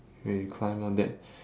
when we climb all that